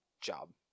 job